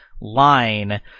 line